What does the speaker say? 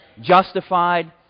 justified